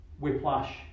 Whiplash